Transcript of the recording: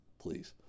please